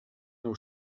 nou